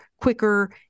quicker